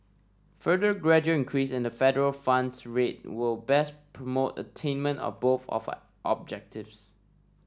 further gradual increase in the federal funds rate will best promote attainment of both of our objectives